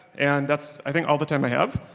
and that's i think all the time i have,